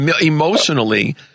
emotionally